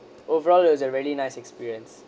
overall it was a very nice experience